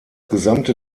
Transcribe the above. gesamte